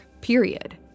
period